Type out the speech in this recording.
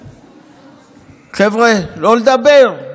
חבר'ה, לא לדבר.